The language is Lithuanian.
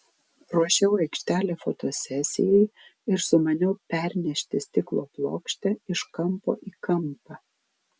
ruošiau aikštelę fotosesijai ir sumaniau pernešti stiklo plokštę iš kampo į kampą